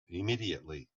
immediately